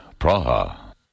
Praha